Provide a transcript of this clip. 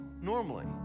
normally